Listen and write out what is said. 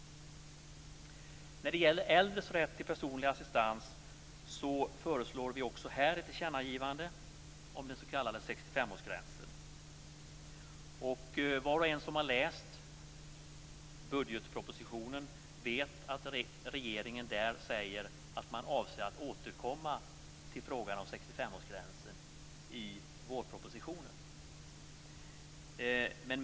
När det gäller äldres rätt till personlig assistans föreslår utskottet även här ett tillkännagivande om den s.k. 65-årsgränsen. Var och en som har läst budgetpropositionen vet att regeringen där säger att man avser att återkomma till frågan om 65-årsgränsen i vårpropositionen.